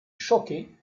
choquée